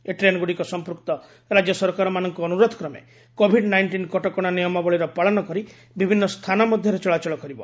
ଏହି ଟ୍ରେନ୍ଗୁଡ଼ିକ ସମ୍ପୃକ୍ତ ରାଜ୍ୟ ସରକାରମାନଙ୍କ ଅନୁରୋଧକ୍ରମେ କୋଭିଡ୍ ନାଇଷ୍ଟିନ୍ କଟକଣା ନିୟମାବଳୀର ପାଳନ କରି ବିଭିନ୍ନ ସ୍ଥାନ ମଧ୍ୟରେ ଚଳାଚଳ କରିବ